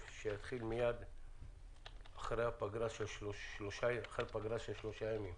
שיתחיל מייד אחרי הפגרה של שלושה ימים.